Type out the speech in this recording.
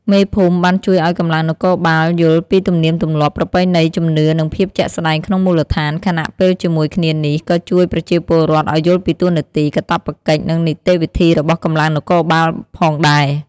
មេភូមិបានជួយឲ្យកម្លាំងនគរបាលយល់ពីទំនៀមទម្លាប់ ប្រពៃណី ជំនឿ និងភាពជាក់ស្ដែងក្នុងមូលដ្ឋាន ខណៈពេលជាមួយគ្នានេះ ក៏ជួយប្រជាពលរដ្ឋឲ្យយល់ពីតួនាទី កាតព្វកិច្ច និងនីតិវិធីរបស់កម្លាំងនគរបាលផងដែរ។